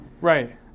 Right